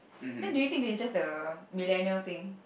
then do you think this is just a millennial thing